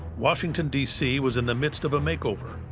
washington, d c. was in the midst of a makeover.